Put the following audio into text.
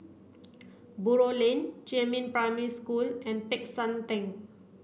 Buroh Lane Jiemin Primary School and Peck San Theng